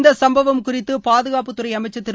இந்த சம்பவம் குறித்து பாதுகாப்புத்துறை அமைச்சர் திரு